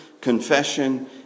confession